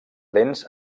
dents